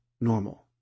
normal